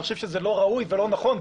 אני חושב שזה לא ראוי ולא נכון,